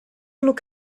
look